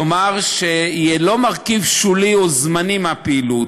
כלומר, שזה לא יהיה מרכיב שולי או זמני בפעילות,